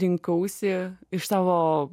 rinkausi iš savo